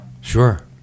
sure